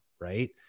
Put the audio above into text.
Right